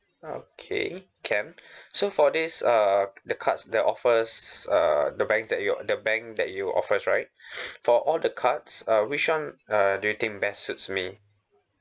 okay can so for this uh the cards that offers uh the bank that you're the bank that you offers right for all the cards uh which one uh do you think best suits me